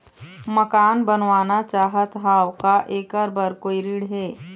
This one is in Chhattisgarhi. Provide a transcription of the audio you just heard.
मकान बनवाना चाहत हाव, का ऐकर बर कोई ऋण हे?